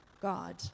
God